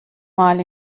mal